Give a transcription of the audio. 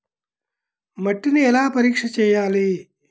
మట్టిని ఎలా పరీక్ష చేయాలి?